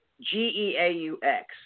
G-E-A-U-X